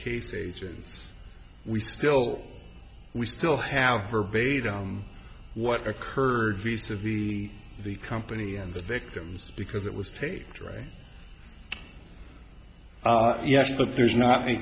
case agents we still we still have verbatim what occurred recently the company and the victims because it was taped right yes but there's not a